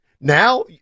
Now